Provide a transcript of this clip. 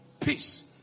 peace